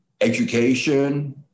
education